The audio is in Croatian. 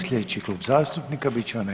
Slijedeći Klub zastupnika bit će